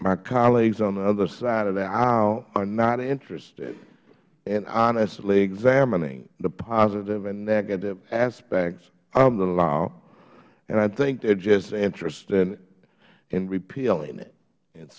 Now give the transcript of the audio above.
my colleagues on the other side of the aisle are not interested in honestly examining the positive and negative aspect of the law and i think they are just interested in repealing it it